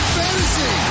fantasy